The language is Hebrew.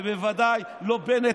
ובוודאי לא בנט,